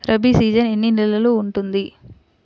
Rabi season ఎన్ని నెలలు ఉంటుంది?